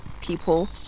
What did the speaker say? people